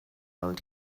old